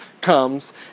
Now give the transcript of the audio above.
comes